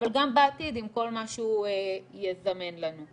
אבל גם בעתיד, עם כל מה שהוא יזמן לנו.